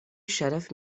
شرف